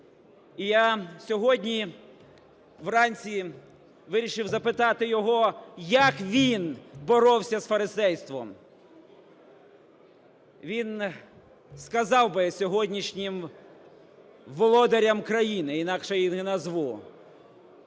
І я сьогодні вранці вирішив запитати його, як він боровся з фарисейством. Він сказав би сьогоднішнім володарям країни, інакше і не назву: